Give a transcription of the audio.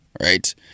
Right